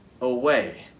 away